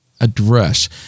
address